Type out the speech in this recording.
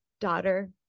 daughter